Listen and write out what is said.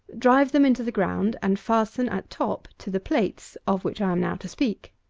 drive them into the ground, and fasten, at top, to the plates, of which i am now to speak.